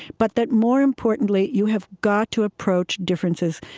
but that more importantly, you have got to approach differences,